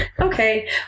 Okay